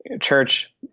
church